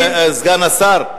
סגן השר,